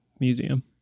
museum